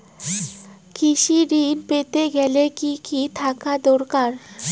কৃষিঋণ পেতে গেলে কি কি থাকা দরকার?